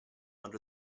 under